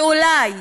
ואולי